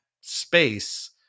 space